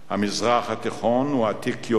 המזרח התיכון הוא עתיק יומין